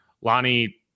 Lonnie